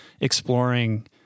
exploring